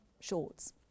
shorts